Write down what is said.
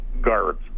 guards